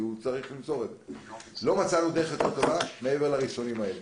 לא מצאנו דרך יותר טובה מעבר לריסונים האלה.